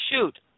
shoot